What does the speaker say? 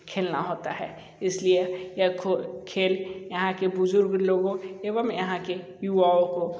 खेलना होता है इसलिए यह खो खेल यहाँ के बुजुर्ग लोगों एवं यहाँ के युवाओं को